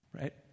Right